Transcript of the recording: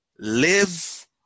live